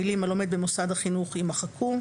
המילים "הלומד במוסד החינוך" יימחקו,